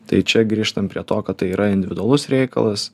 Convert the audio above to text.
tai čia grįžtam prie to kad tai yra individualus reikalas